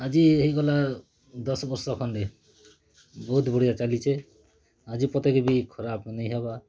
ଆଜି ହେଇଗଲା ଦଶ୍ ବର୍ଷ ଖଣ୍ଡେ ବହୁତ୍ ବଢ଼ିଆ ଚାଲିଛେ ଆଜି ପତେକେ ବି ଖରାପ୍ ନାଇ ହେବାର୍